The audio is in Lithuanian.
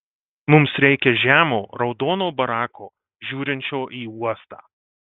mums reikia žemo raudono barako žiūrinčio į uostą